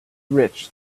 rich